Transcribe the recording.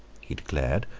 he declared,